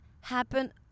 happen